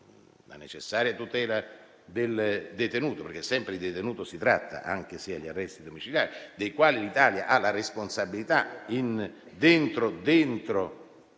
la necessaria tutela del detenuto, perché sempre di detenuto si tratta, anche se agli arresti domiciliari, dei quali l'Italia ha la responsabilità, in quanto